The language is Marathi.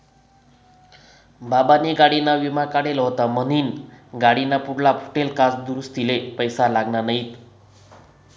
बाबानी गाडीना विमा काढेल व्हता म्हनीन गाडीना पुढला फुटेल काच दुरुस्तीले पैसा लागना नैत